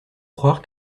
croire